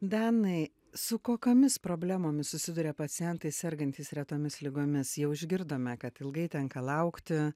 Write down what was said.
danai su kokiomis problemomis susiduria pacientai sergantys retomis ligomis jau išgirdome kad ilgai tenka laukti